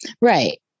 Right